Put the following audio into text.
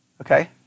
Okay